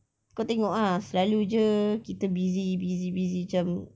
kau tengok ah selalu jer kita busy busy busy macam